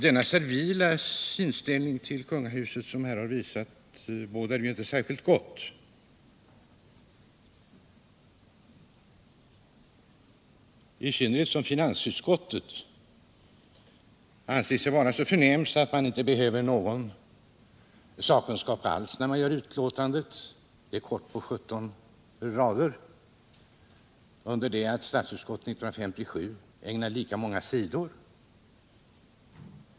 Den servila attityd till kungahuset som har visats bådar inte särskilt gott, i synnerhet som finansutskottet anser sig vara så förnämt att man inte behöver någon sakkunskap alls när man skriver det korta betänkandet på 17 rader, under det att statsutskottet år 1957 ägnade denna fråga lika många sidor.